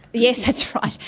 yes, that's right.